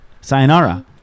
Sayonara